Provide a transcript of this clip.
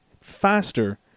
faster